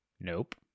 Nope